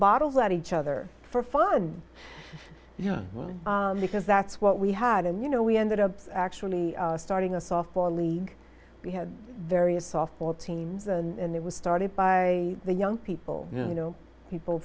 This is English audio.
bottles at each other for fun you know because that's what we had and you know we ended up actually starting a softball league we had various softball teams and they were started by the young people you know people